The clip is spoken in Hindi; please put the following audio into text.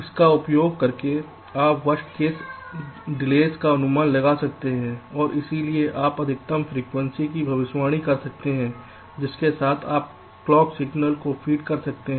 इसका उपयोग करके आप वर्स्ट केस डेलेस का अनुमान लगा सकते हैं और इसलिए आप अधिकतम फ्रीक्वेंसी की भविष्यवाणी कर सकते हैं जिसके साथ आप क्लॉक सिग्नल को फीड कर सकते हैं